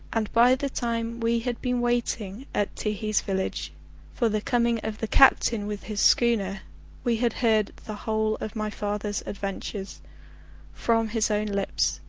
and by the time we had been waiting at ti-hi's village for the coming of the captain with his schooner we had heard the whole of my father's adventures from his own lips,